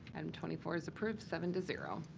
um twenty four is approved, seven to zero.